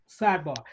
sidebar